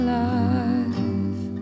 life